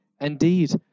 Indeed